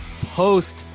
Post